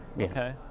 Okay